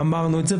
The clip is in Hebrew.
ואמרנו את זה,